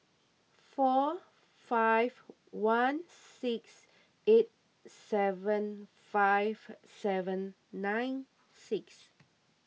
four five one six eight seven five seven nine six